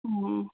હમ